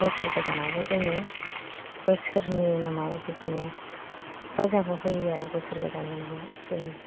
बोसोर गोदानावबो जोङो बोसोरनि नामाव बिदिनो फुजाखौ होयो आरो बोसोर गोदाननि नामाव जोङो